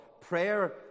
Prayer